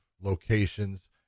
locations